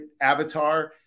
avatar